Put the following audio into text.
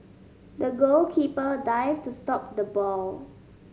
the goalkeeper dived to stop the ball